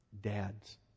Dads